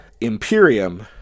Imperium